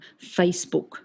Facebook